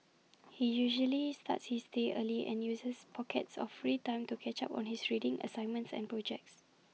he usually starts his day early and uses pockets of free time to catch up on his reading assignments and projects